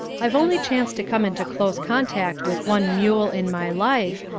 i've only chanced to come into close contact with one mule in my life,